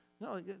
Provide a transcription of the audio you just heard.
No